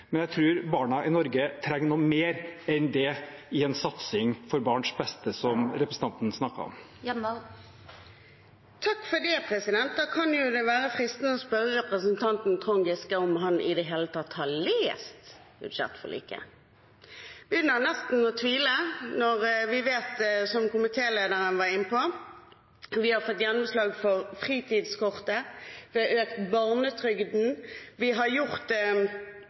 Jeg tror barna i Norge trenger noe mer enn det i en satsing for barns beste, som representanten snakket om. Da kan det være fristende å spørre representanten Trond Giske om han i det hele tatt har lest budsjettforliket. Jeg begynner nesten å tvile når vi vet, som komitélederen var inne på, at vi har fått gjennomslag for fritidskortet, vi har økt barnetrygden, vi har gjort